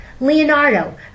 Leonardo